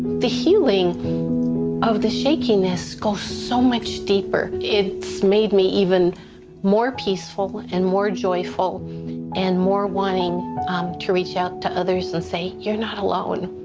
the healing of the shakiness goes so much deeper. it has made me even more peaceful and more joyful and more wanting um to reach out to others and say, you're not alone.